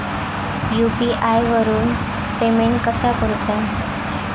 UPI वरून payment कसा करूचा?